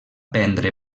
prendre